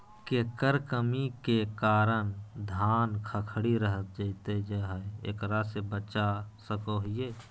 केकर कमी के कारण धान खखड़ी रहतई जा है, एकरा से कैसे बचा सको हियय?